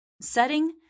Setting